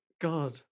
God